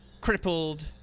crippled